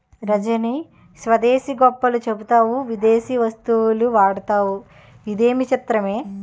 రజనీ స్వదేశీ గొప్పలు చెప్తావు విదేశీ వస్తువులు వాడతావు ఇదేమి చిత్రమో